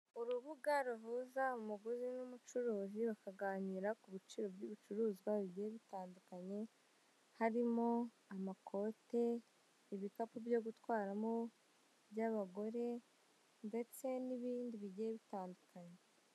Urubuga ruhuza umuguzi n'umucuruzi, bakaganira ku biciro by'ibicuruzwa bigiye bitandukanye, harimo amakote, ibikapu byo gutwaramo by'abagore ndetse n'ibindi bigiye bitandukanye.